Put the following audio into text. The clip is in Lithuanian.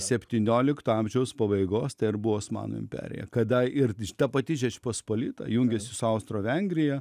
septyniolikto amžiaus pabaigos tai ir buvo osmanų imperija kada ir ta pati žečpospolita jungiasi su austro vengrija